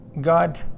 God